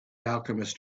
alchemist